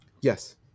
Yes